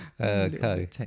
okay